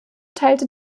teilte